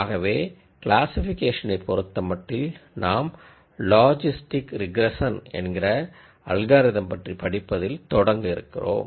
ஆகவே கிளாசிஃபிகேஷனை பொருத்தமட்டில் நாம் லாஜிஸ்டிக் ரெக்ரேஷன் என்கிற அல்காரிதம் பற்றி படிப்பதில் தொடங்க இருக்கிறோம்